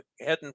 heading